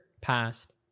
past